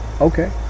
okay